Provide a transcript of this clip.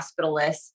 hospitalists